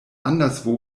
anderswo